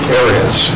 areas